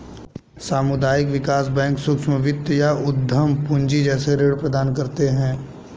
सामुदायिक विकास बैंक सूक्ष्म वित्त या उद्धम पूँजी जैसे ऋण प्रदान करते है